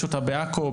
בעכו,